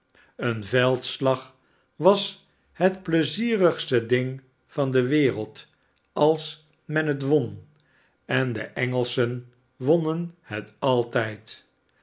een veldslag was het pleizierigste ding van de wereld als men het won en de engelschen wonnen het altijd